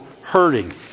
hurting